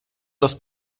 los